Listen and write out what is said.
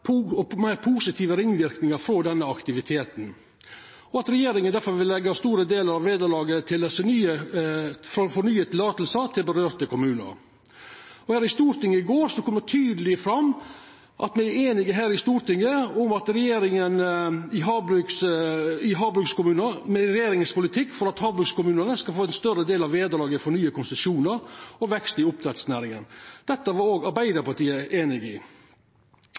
større og meir positive ringverknader frå denne aktiviteten, og at regjeringa difor vil la store delar av vederlaget for tildeling av nye konsesjonar gå til desse kommunane. Her i Stortinget i går kom det tydeleg fram at me er einige i Stortinget om regjeringa sin politikk for at havbrukskommunane skal få ein større del av vederlaget for nye konsesjonar og vekst i oppdrettsnæringa. Dette var òg Arbeidarpartiet einig i.